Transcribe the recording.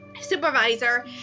supervisor